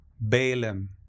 Balaam